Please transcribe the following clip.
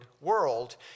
world